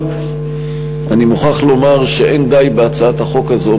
אבל אני מוכרח לומר שאין די בהצעת החוק הזאת,